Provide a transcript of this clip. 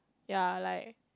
ya like